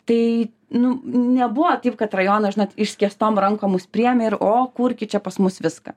tai nu nebuvo taip kad rajonas žinot išskėstom rankom mus priėmė ir o kurkit čia pas mus viską